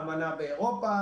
אמנה באירופה,